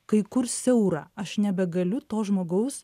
kai kur siaura aš nebegaliu to žmogaus